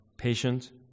Patient